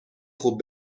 خوب